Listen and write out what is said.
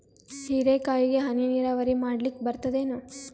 ಹೀರೆಕಾಯಿಗೆ ಹನಿ ನೀರಾವರಿ ಮಾಡ್ಲಿಕ್ ಬರ್ತದ ಏನು?